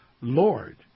Lord